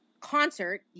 concert